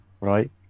right